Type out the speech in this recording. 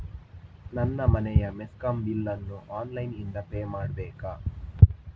ನನ್ನ ಮನೆಯ ಮೆಸ್ಕಾಂ ಬಿಲ್ ಅನ್ನು ಆನ್ಲೈನ್ ಇಂದ ಪೇ ಮಾಡ್ಬೇಕಾ?